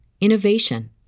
innovation